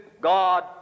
God